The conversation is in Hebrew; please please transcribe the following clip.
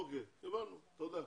אוקיי, הבנו, תודה.